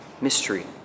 mystery